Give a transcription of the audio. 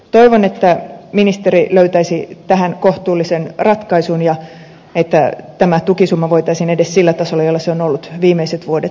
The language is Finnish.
toivon että ministeri löytäisi tähän kohtuullisen ratkaisun ja tämä tukisumma voitaisiin edes sillä tasolla jolla se on ollut viimeiset vuodet pitää